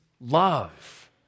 love